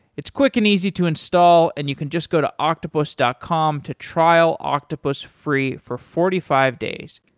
it's quick and easy to install and you can just go to octopus dot com to trial octopus free for forty five days.